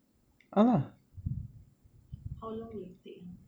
how long it will take ah